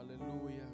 Hallelujah